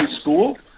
school